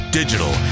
digital